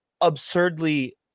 absurdly